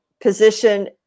position